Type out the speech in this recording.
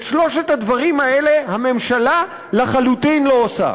את שלושת הדברים האלה הממשלה לחלוטין לא עושה.